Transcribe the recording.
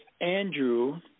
Andrew